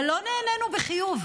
אבל לא נענינו בחיוב.